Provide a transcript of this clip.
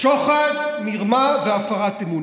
שוחד, מרמה והפרת אמונים.